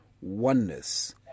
oneness